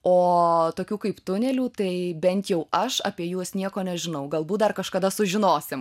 o tokių kaip tunelių tai bent jau aš apie juos nieko nežinau galbūt dar kažkada sužinosim